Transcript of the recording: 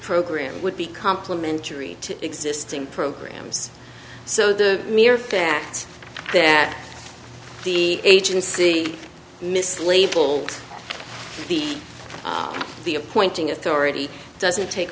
program would be complimentary to existing programs so the mere fact that the agency mislabel the the appointing authority doesn't take